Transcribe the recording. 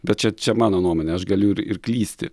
bet čia čia mano nuomonė aš galiu ir ir klysti